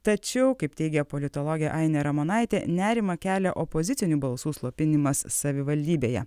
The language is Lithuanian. tačiau kaip teigia politologė ainė ramonaitė nerimą kelia opozicinių balsų slopinimas savivaldybėje